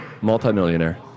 multimillionaire